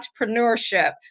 entrepreneurship